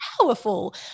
powerful